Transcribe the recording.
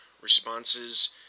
responses